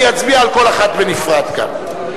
אני אצביע על כל אחת בנפרד כאן.